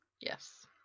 yes